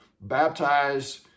baptized